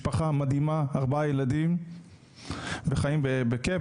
משפחה מדהימה עם ארבעה ילדים והם חיים בכיף,